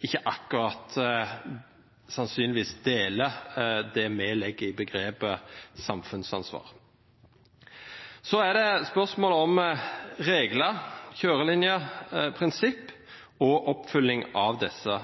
ikke akkurat – sannsynligvis – delte det vi legger i begrepet samfunnsansvar. Det er spørsmål om regler, kjørelinjer, prinsipp og oppfølging av disse.